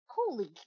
holy